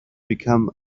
become